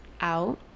out